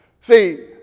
See